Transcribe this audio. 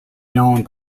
known